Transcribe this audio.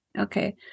okay